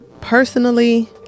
personally